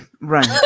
Right